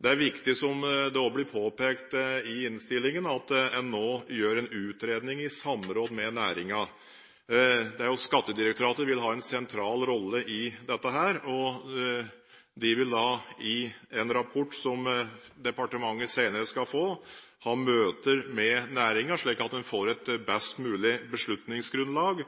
Det er viktig som det også blir påpekt i innstillingen, at en nå gjør en utredning i samråd med næringen. Skattedirektoratet vil ha en sentral rolle i dette, og de vil i en rapport som departementet senere skal få, ha møter med næringen, slik at en får et best mulig beslutningsgrunnlag